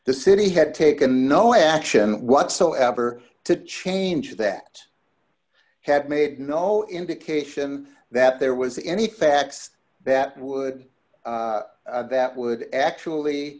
the city had taken no action whatsoever to change that had made no indication that there was any facts that would that would actually